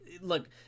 look